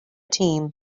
team